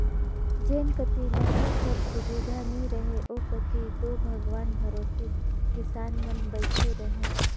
जेन कती नहर कर सुबिधा नी रहें ओ कती दो भगवान भरोसे किसान मन बइठे रहे